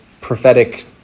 prophetic